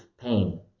pain